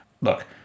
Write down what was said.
look